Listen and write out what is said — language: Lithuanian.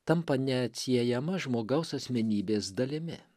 tampa neatsiejama žmogaus asmenybės dalimi